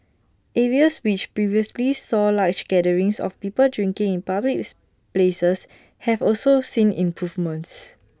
areas which previously saw large gatherings of people drinking in public's places have also seen improvements